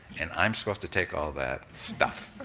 and i'm supposed to take all that stuff,